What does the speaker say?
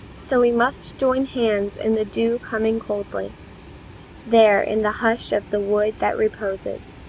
so we must join hands in the dew coming coldly there in the hush of the wood that reposes,